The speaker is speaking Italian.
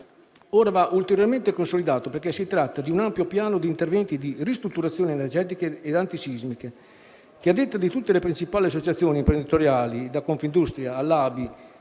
ora va ulteriormente consolidato, perché si tratta di un ampio piano di interventi di ristrutturazioni energetiche ed antisismiche che, a detta di tutte le principali associazioni imprenditoriali, da Confindustria all'ABI,